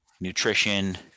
nutrition